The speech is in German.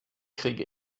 kriege